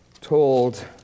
told